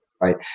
right